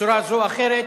בצורה זו או אחרת,